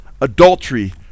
adultery